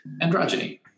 androgyny